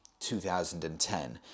2010